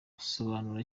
asobanura